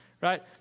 right